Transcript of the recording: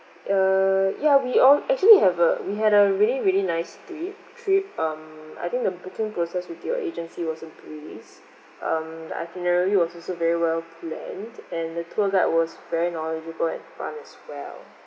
err ya we all actually have uh we had a really really nice trip trip um I think the booking process with your agency was a breeze um the itinerary was also very well planned and the tour guide was very knowledgeable and fun as well